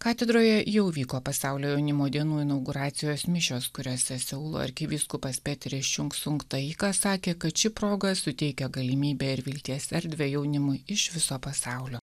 katedroje jau vyko pasaulio jaunimo dienų inauguracijos mišios kuriose seulo arkivyskupas peteris čiung sung taikas sakė kad ši proga suteikia galimybę ir vilties erdvę jaunimui iš viso pasaulio